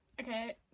Okay